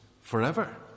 forever